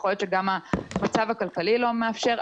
יכול להיות שגם המצב הכלכלי לא מאפשר,